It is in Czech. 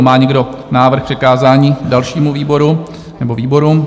Má někdo návrh na přikázání dalšímu výboru nebo výborům?